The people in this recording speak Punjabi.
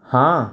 ਹਾਂ